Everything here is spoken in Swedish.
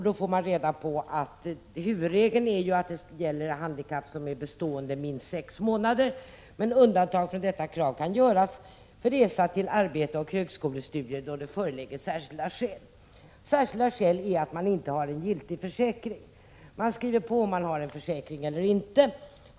Då får man reda på huvudregeln, att det gäller handikapp som är bestående i minst sex månader, men att undantag kan göras för resor till arbete och högskolestudier när särskilda skäl föreligger. Särskilda skäl är att man inte har en giltig försäkring.